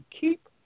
keep